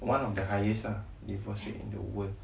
one of the highest ah divorce rate in the world